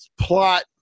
plot